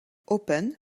open